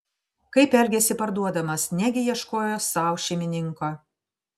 kaip elgėsi parduodamas negi ieškojo sau šeimininko